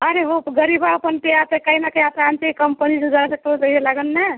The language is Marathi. अरे हो गरीब आहो पण ते असं काही ना काही असं आणते कंपनी तर जरासं थोडंसं हे लागेल ना